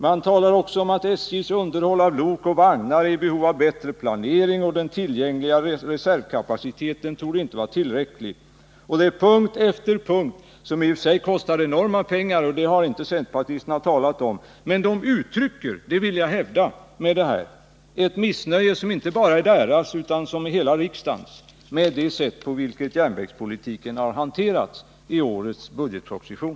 Man talar också om att det behövs bättre planering för SJ:s underhåll av lok och vagnar och att den tillgängliga reservkapaciteten inte torde vara tillräcklig. På punkt efter punkt kräver de åtgärder — som i och för sig kostar enormt mycket pengar, men det har inte centerpartisterna talat om — och uttrycker de ett missnöje, som inte bara är deras utan hela riksdagens, över det sätt på vilket järnvägspolitiken har hanterats i årets budgetproposition.